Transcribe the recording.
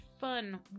fun